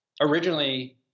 originally